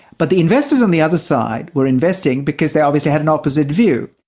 but the investors on the other side were investing because they obviously had an opposite view.